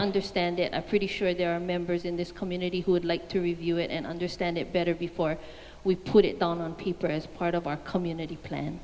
understand it a pretty sure there are members in this community who would like to review it and understand it better before we put it on paper as part of our community